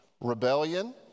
rebellion